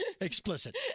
Explicit